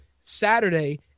Saturday